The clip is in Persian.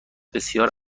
بسیار